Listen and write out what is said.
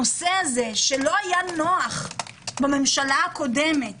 הנושא הזה שלא היה נוח בממשלה הקודמת